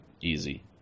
easy